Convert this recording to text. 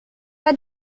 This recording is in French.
pas